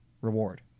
Reward